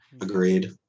Agreed